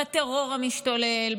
בטרור המשתולל,